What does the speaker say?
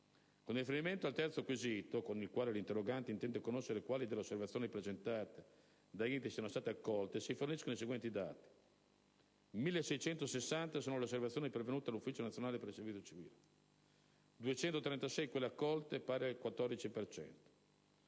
Con riferimento al terzo quesito, con il quale l'interrogante intende conoscere quante delle osservazioni presentate dagli enti siano state accolte, si forniscono i seguenti dati: 1.660 sono le osservazioni pervenute all'Ufficio nazionale per il servizio civile; 236 sono quelle accolte, pari a